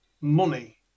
money